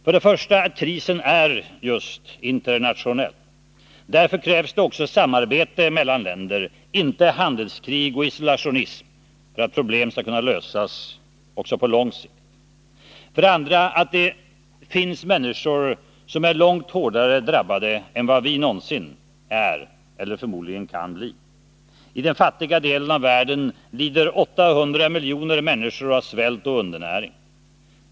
För det första: Krisen är just internationell. Därför krävs det också samarbete mellan länder, inte handelskrig och isolationism, för att problemen skall kunna lösas även på lång sikt. För det andra: Det finns människor som är långt hårdare drabbade än vad vi är och, förmodligen, någonsin kan bli. I den fattiga delen av världen lider 800 miljoner människor av svält och undernäring.